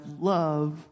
love